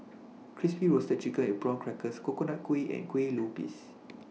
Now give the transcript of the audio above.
Crispy Roasted Chicken with Prawn Crackers Coconut Kuih and Kueh Lupis